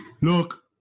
Look